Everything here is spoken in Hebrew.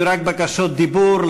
היו רק בקשות דיבור,